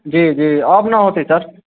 जी जी अब ने होतै सर